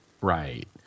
right